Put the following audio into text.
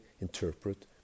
interpret